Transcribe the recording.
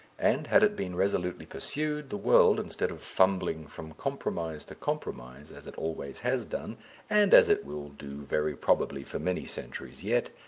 and, had it been resolutely pursued, the world, instead of fumbling from compromise to compromise as it always has done and as it will do very probably for many centuries yet,